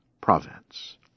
province